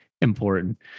important